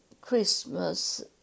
Christmas